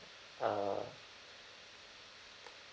uh